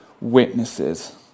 witnesses